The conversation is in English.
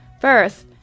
First